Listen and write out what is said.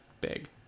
big